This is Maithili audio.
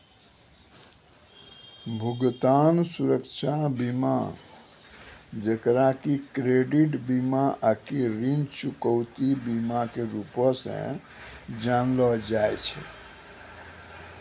भुगतान सुरक्षा बीमा जेकरा कि क्रेडिट बीमा आकि ऋण चुकौती बीमा के रूपो से जानलो जाय छै